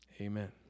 amen